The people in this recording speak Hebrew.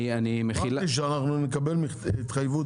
אמרתי שאנחנו נקבל מכתב התחייבות